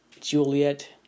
Juliet